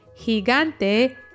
Gigante